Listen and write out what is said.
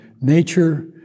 nature